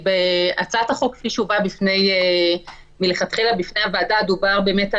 בהצעת החוק כפי שהיא הובאה מלכתחילה בפני הוועדה דובר על